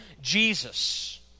Jesus